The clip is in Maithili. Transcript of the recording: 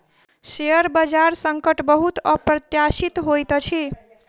शेयर बजार संकट बहुत अप्रत्याशित होइत अछि